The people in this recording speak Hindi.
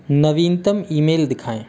नवीनतम ईमेल दिखाएँ